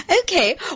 Okay